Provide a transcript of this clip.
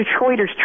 Detroiters